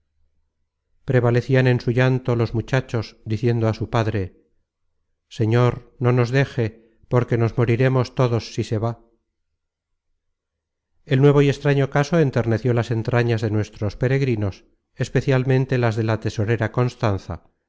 prevalecian en su llanto los muchachos diciendo a su padre señor no nos deje porque nos morirémos todos si se va el nuevo y extraño caso enterneció las entrañas de nuestros peregrinos especialmente las de la tesorera constanza